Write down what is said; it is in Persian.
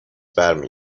برمی